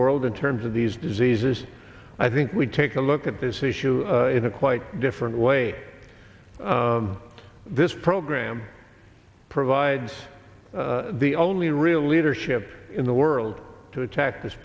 world in terms of these diseases i think we take a look at this issue in a quite different way this program provides the only real leadership in the world to attack this